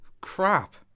Crap